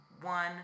one